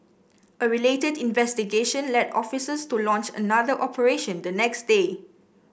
a related investigation led officers to launch another operation the next day